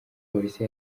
polisi